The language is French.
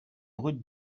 brut